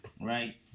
Right